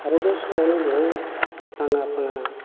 आरो बे समावनो बुहुत नाङा फाङा